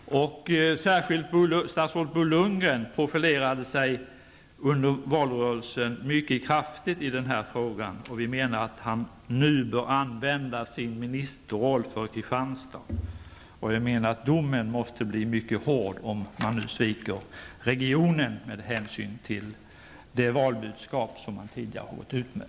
Särskilt statsrådet Bo Lundgren profilerade sig under valrörelsen mycket kraftigt i den frågan. Vi menar att han nu bör använda sin ministerroll för Kristianstad. Domen måste bli mycket hård om han nu sviker regionen, med hänsyn till det valbudskap som han tidigare har gått ut med.